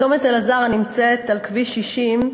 צומת אלעזר, שנמצא על כביש 60,